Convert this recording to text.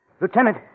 Lieutenant